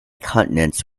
continents